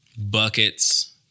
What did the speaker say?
buckets